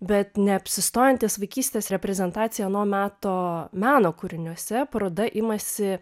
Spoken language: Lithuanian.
bet neapsistojant ties vaikystės reprezentacija ano meto meno kūriniuose paroda imasi